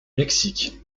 mexique